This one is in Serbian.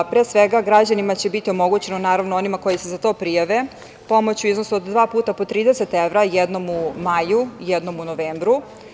Pre svega, građanima će biti omogućeno, naravno onima koji se za to prijave, pomoć u iznosu od dva puta po 30 evra, jednom u maju, jednom u novembru.